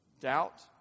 doubt